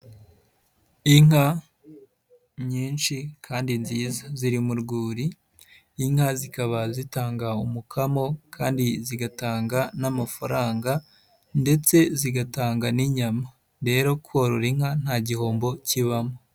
Inka nyinshi kandi nziza, ziri mu rwuri, inka zikaba zitanga umukamo kandi zigatanga n'amafaranga ndetse zigatanga n'inyama. Rero korora inka nta gihombo kibamo.